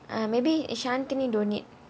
uh maybe shanthini don't need